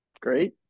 Great